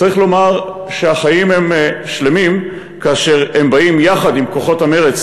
צריך לומר שהחיים הם שלמים כאשר הם באים יחד עם כוחות המרץ